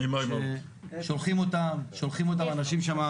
שולחים אותם, האנשים שם.